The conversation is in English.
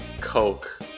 coke